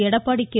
Edappadi K